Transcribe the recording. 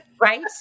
right